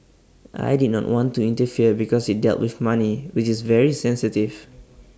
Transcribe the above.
I did not want to interfere because IT dealt with money which is very sensitive